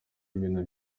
ibintu